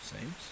seems